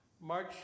March